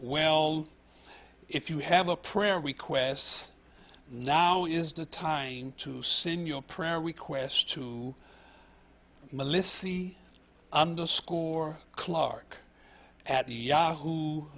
well if you have a prayer requests now is the time to send your prayer requests to melissy underscore clark at yahoo